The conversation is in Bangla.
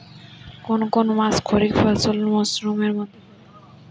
কোন কোন মাস খরিফ মরসুমের মধ্যে পড়ে?